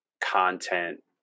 content